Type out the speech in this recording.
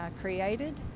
created